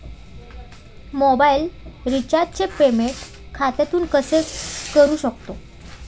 Mobile रिचार्जचे payment खात्यातून कसे करू शकतो?